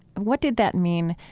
what did that mean,